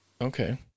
Okay